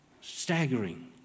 staggering